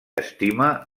estima